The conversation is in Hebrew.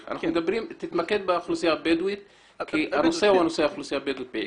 תתמקד באוכלוסייה הבדואית כי זה נושא הדיון.